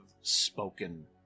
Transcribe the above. spoken